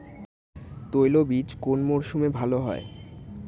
তৈলবীজ কোন মরশুমে ভাল হয়?